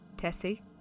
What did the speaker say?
Tessie